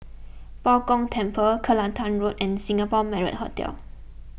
Bao Gong Temple Kelantan Road and Singapore Marriott Hotel